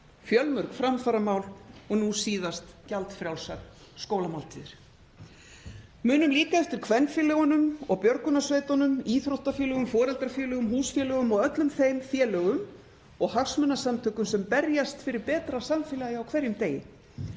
fjölmörg framfaramál og nú síðast gjaldfrjálsar skólamáltíðir. Munum líka eftir kvenfélögunum og björgunarsveitunum, íþróttafélögum, foreldrafélögum, húsfélögum og öllum þeim félögum og hagsmunasamtökum sem berjast fyrir betra samfélagi á hverjum degi.